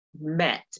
met